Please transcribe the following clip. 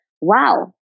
wow